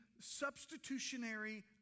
substitutionary